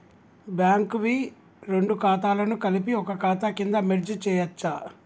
Bank వి రెండు ఖాతాలను కలిపి ఒక ఖాతా కింద మెర్జ్ చేయచ్చా?